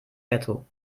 ghetto